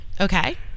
okay